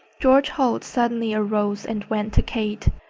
george holt suddenly arose and went to kate.